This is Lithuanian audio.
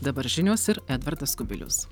dabar žinios ir edvardas kubilius